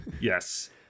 Yes